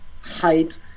height